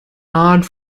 nod